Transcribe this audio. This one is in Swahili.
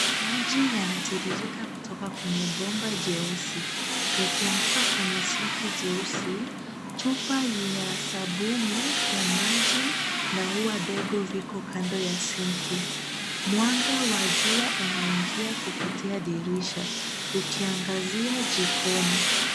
Maji yanatiririka kutoka kwenye bomba jeusi yakianguka kwenye sinki jeusi. Chupa ya sabuni ya maji na ua dogo viko kando ya sinki. Mwanga wa jua unaingia kupitia dirisha ukiangazia jikoni.